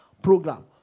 program